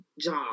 job